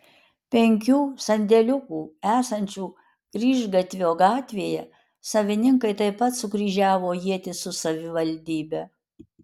penkių sandėliukų esančių grįžgatvio gatvėje savininkai taip pat sukryžiavo ietis su savivaldybe